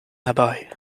herbei